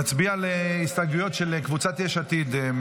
נצביע על ההסתייגויות של קבוצת יש עתיד.